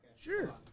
Sure